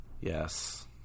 Yes